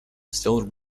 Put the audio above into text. still